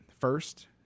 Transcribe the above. first